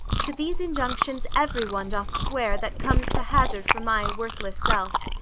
to these injunctions every one doth swear that comes to hazard for my worthless self.